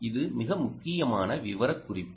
இது மிக முக்கியமான விவரக்குறிப்பு